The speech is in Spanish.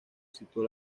situó